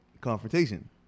confrontation